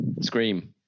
Scream